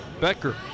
Becker